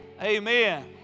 Amen